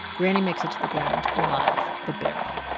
granny makes it to the ground alive but barely